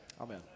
amen